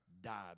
died